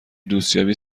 دوستیابی